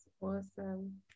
awesome